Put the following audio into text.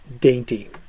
dainty